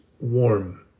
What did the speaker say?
warm